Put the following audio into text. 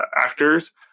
actors